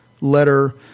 letter